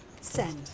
Send